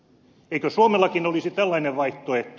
eikö suomellakin olisi tällainen vaihtoehto